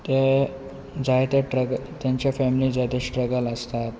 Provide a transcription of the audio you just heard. ते जायते तांच्या फॅमिली जाय ते स्ट्रगल आसतात